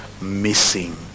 missing